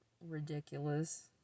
ridiculous